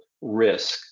risk